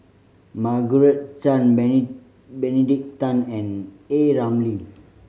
Margaret Chan Benedict Tan and A Ramli